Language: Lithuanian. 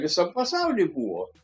visą pasaulį buvo